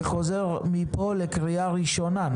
זה חוזר מפה לקריאה ראשונה?